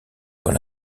quand